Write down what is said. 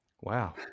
Wow